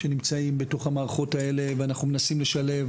שנמצאים בתוך המערכות ואנחנו מנסים לשלב,